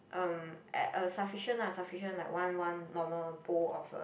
um at a sufficient ah sufficient like one one normal bowl of a